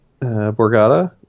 Borgata